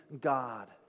God